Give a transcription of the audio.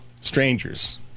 Strangers